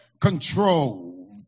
control